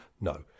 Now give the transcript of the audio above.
No